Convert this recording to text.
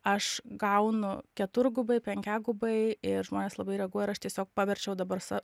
aš gaunu keturgubai penkiagubai ir žmonės labai reaguoja ir aš tiesiog paverčiau dabar sa